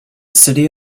city